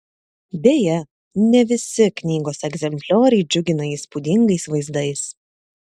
deja ne visi knygos egzemplioriai džiugina įspūdingais vaizdais